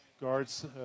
Guards